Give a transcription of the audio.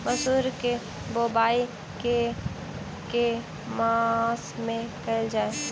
मसूर केँ बोवाई केँ के मास मे कैल जाए?